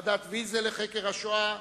ועדת-ויזל לחקר השואה.